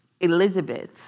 Elizabeth